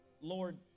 Lord